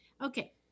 Okay